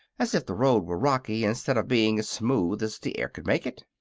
as if the road were rocky instead of being as smooth as the air could make it.